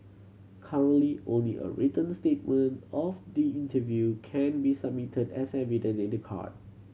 currently only a written statement of the interview can be submitted as evidence in the court